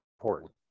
important